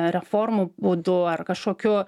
reformų būdu ar kažkokiu